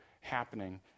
happening